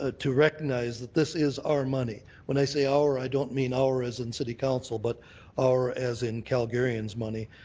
ah recognize that this is our money. when i say our i don't mean our as in city council but our as in calgarians' money,